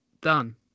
done